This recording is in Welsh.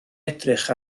edrych